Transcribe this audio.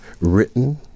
Written